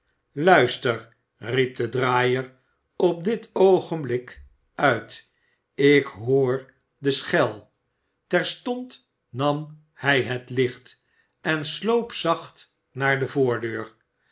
luister riep de draaier op dit öogenbük uit ik hoor de schel terstond nam hij het licht en sloop zacht naar de voordeur